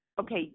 Okay